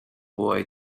boy